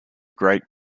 great